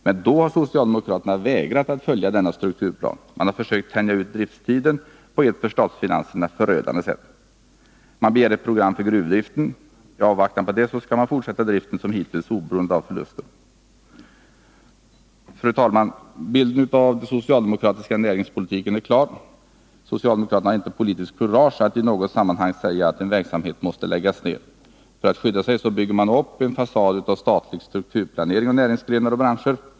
Men då har socialdemokraterna vägrat att följa denna strukturplan. Man har försökt tänja ut driftstiden på ett för statsfinanserna förödande sätt. Socialdemokraterna begärde ett program för gruvdriften. I avvaktan på detta skall driften fortsätta som hittills oberoende av förluster. Fru talman! Bilden av den socialdemokratiska näringspolitiken är klar. Socialdemokraterna har inte politiskt kurage att i något sammanhang säga att en verksamhet måste läggas ned. För att skydda sig bygger man upp en fasad av statlig strukturplanering för näringsgrenar och branscher.